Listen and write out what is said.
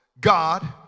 God